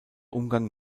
umgang